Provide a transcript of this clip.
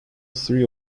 three